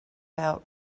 out